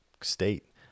state